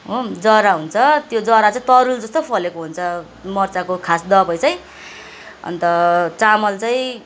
हो जरा हुन्छ त्यो जरा चाहिँ तरुलजस्तो फलेको हुन्छ मर्चाको खास दवाई चाहिँ अन्त चामल चाहिँ